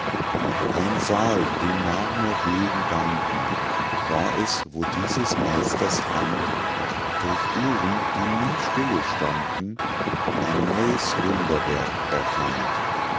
ein saal den marmorbögen banden war es wo dieses meisters hand durch uhren die nie stille standen ein neues wunderwerk erfand